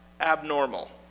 abnormal